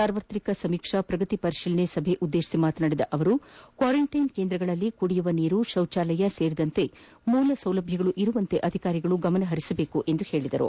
ಸಾರ್ವತ್ರಿಕ ಸಮೀಕ್ಷಾ ಪ್ರಗತಿ ಪರಿಶೀಲನಾ ಸಭೆ ಉದ್ದೇಶಿಸಿ ಮಾತನಾಡಿದ ಅವರು ಕ್ವಾರಂಟ್ಟಿನ್ ಕೇಂದ್ರಗಳಲ್ಲಿ ಕುಡಿಯುವ ನೀರು ಶೌಚಾಲಯ ಸೇರಿದಂತೆ ಮೂಲ ಸೌಲಭ್ಯಗಳು ಇರುವಂತೆ ಅಧಿಕಾರಿಗಳು ಗಮನ ಹರಿಸಬೇಕು ಎಂದು ಸೂಚಿಸಿದರು